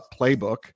playbook